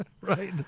Right